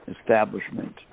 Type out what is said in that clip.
establishment